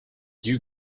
you